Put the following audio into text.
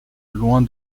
loin